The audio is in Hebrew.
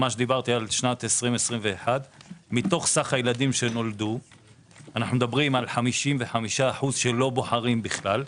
מה שדיברתי על שנת 21'. מתוך סך הילדים שנולדו 55% לא בוחרים בכלל,